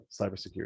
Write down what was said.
cybersecurity